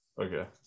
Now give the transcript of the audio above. okay